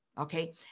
Okay